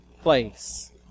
place